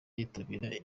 yitabira